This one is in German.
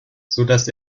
sodass